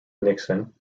nixon